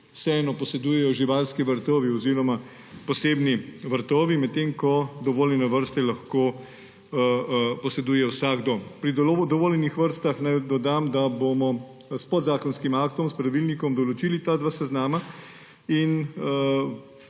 vseeno posedujejo živalski vrtovi oziroma posebni vrtovi, medtem ko dovoljene vrste lahko poseduje vsakdo. Pri dovoljenih vrstah naj dodam, da bomo s podzakonskim aktom, s pravilnikom določili ta dva seznama in